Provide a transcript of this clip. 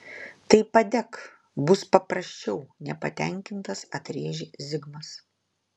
tai padek bus paprasčiau nepatenkintas atrėžė zigmas